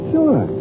Sure